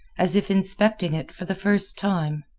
as if inspecting it for the first time.